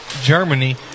Germany